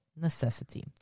necessity